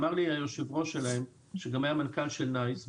אמר לי היו"ר שלהם שגם היה מנכ"ל של NICE,